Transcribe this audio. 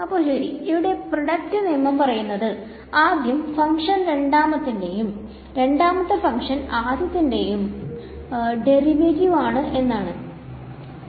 അപ്പൊ ശെരി ഇവിടെ പ്രോഡക്റ്റ് നിയമം പറയുന്നത് ആദ്യം ഫങ്ക്ഷൻ രണ്ടാമത്തേതിന്റെയും രണ്ടാമത്തെ ഫങ്ക്ഷൻ ആദ്യത്തേതിന്റെയും ഡെറിവറ്റീവ് ആണ് എന്നു